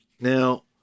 Now